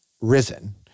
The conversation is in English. risen